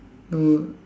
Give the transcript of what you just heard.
no